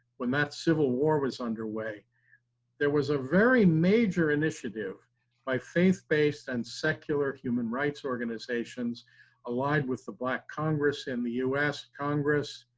when that civil war was underway there was a very major initiative by faith based and secular human rights organizations allied with the black congress and the u s. congress,